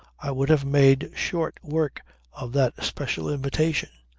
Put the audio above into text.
i would have made short work of that special invitation.